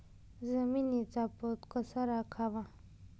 जमिनीचा पोत कसा राखावा?